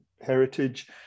heritage